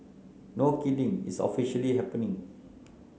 no kidding it's officially happening